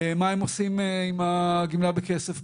מה הם עושים עם הגמלה בכסף.